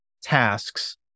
tasks